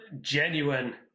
genuine